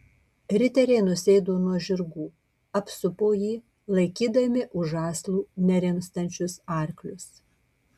riteriai nusėdo nuo žirgų apsupo jį laikydami už žąslų nerimstančius arklius